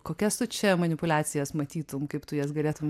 kokias tu čia manipuliacijas matytum kaip tu jas galėtum